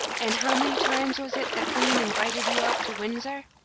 and how many times was it the queen invited you out to windsor?